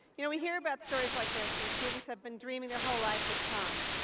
you know, we hear about stories like this where students have been dreaming their whole life to come.